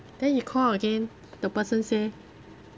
then he call again the person say